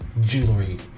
jewelry